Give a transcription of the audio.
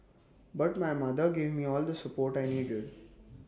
but my mother gave me all the support I needed